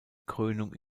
krönung